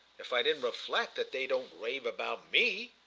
if i didn't reflect that they don't rave about me.